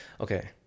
okay